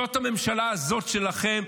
זאת הממשלה הזאת שלכם,